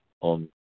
on